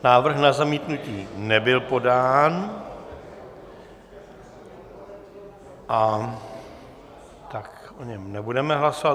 Návrh na zamítnutí nebyl podán, tak o něm nebudeme hlasovat.